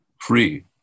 free